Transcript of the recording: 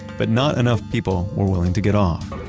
but not enough people were willing to get off